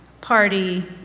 Party